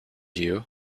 you